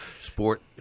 sport